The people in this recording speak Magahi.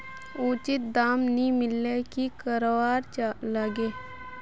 उचित दाम नि मिलले की करवार लगे?